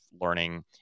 learning